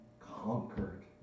conquered